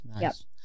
nice